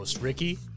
Ricky